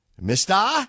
Mister